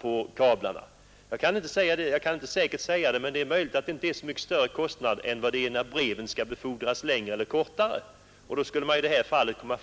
för kablarna har sålunda blivit mycket lägre. Jag kan inte säga säkert, men det är möjligt att kostnadsskillnaden inte är mycket större än för ett brev som skall befordras längre eller kortare sträcka. Och då skulle konsekvensen vara